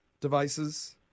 devices